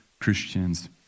Christians